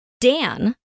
Dan